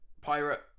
pirate